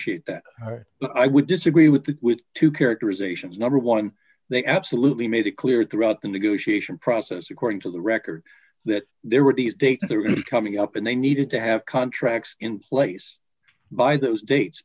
prefer i would disagree with that with two characterizations number one they absolutely made it clear throughout the negotiation process according to the record that there were these dates there in coming up and they needed to have contracts in place by those dates